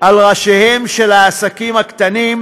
על ראשיהם של העסקים הקטנים,